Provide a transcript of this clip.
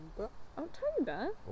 October